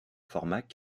format